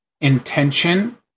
intention